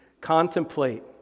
contemplate